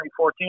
2014